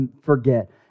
forget